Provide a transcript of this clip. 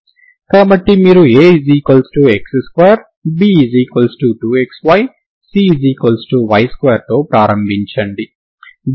కాబట్టి మీరు Ax2 B2xy cy2తో ప్రారంభించండి